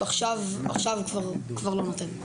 עכשיו כבר לא נותן.